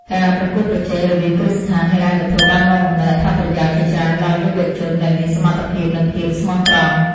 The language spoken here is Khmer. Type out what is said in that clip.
ការប្រកួតប្រជែងរវាងគ្រឹះស្ថានហិរញ្ញវត្ថុបាននាំមកនូវអត្ថប្រយោជន៍ជាច្រើនដល់យុវជនដែលមានសមត្ថភាពនិងភាពស្មោះត្រង់។